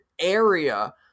area